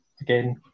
again